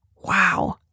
wow